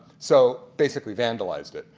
so basically vandalized it.